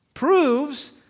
proves